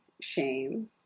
shame